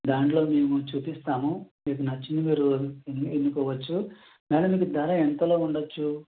దాంట్లో మేము చూపిస్తాము మీకు నచ్చింది మీరు ఎన్ను ఎన్నుకోవచ్చు మేడం మీకు ధర ఎంతలో ఉండవచ్చు